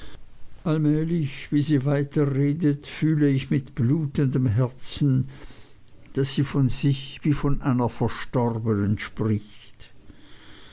allmählich wie sie weiter redet fühle ich mit blutendem herzen daß sie von sich wie von einer verstorbenen spricht